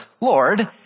Lord